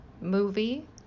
movie